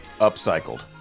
Upcycled